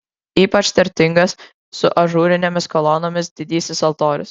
ypač turtingas su ažūrinėmis kolonomis didysis altorius